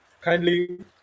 kindly